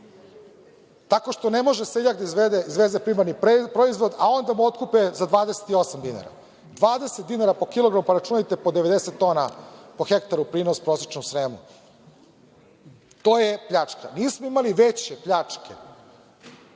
tako što ne može seljak da izveze primarni proizvod, a onda mu otkupe za 28 dinara. Dvadeset dinara po kilogramu, pa računajte po 90 tona, po hektaru prinos prosečno u Sremu. To je pljačka. Nismo imali veće pljačke